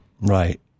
right